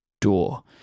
door